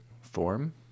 form